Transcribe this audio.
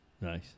Nice